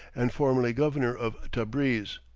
and formerly governor of tabreez.